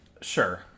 sure